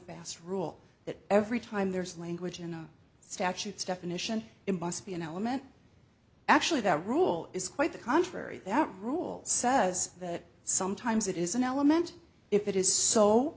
fast rule that every time there's language in the statutes definition in must be an element actually that rule is quite the contrary that rules says that sometimes it is an element if it is so